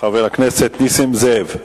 חבר הכנסת נסים זאב,